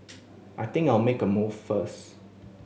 I think I'll make a move first